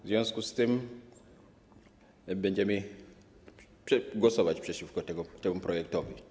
W związku z tym będziemy głosować przeciwko temu projektowi.